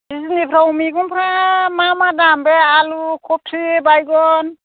बिजनिफ्राव मैगंफ्रा मा मा दाम बे आलु खफि बायगन